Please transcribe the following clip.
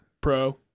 pro